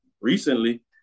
recently